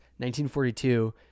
1942